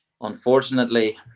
unfortunately